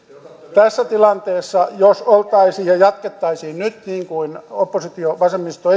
tässä tilanteessa jos oltaisiin ja jatkettaisiin nyt niin kuin oppositio vasemmisto